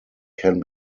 can